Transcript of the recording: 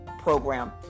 program